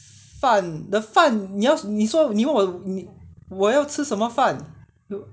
饭 the 饭你要你说你问我你我要吃什么饭